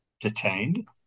detained